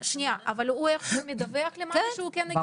שנייה, אבל הוא מדווח למד"א שהוא כן הגיע?